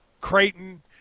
Creighton